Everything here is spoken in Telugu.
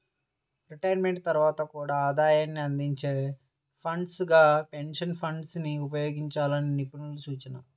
రిటైర్మెంట్ తర్వాత కూడా ఆదాయాన్ని అందించే ఫండ్స్ గా పెన్షన్ ఫండ్స్ ని ఉపయోగించాలని నిపుణుల సూచన